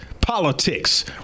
politics